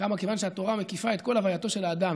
כמה שהתורה מקיפה את כל הווייתו של האדם,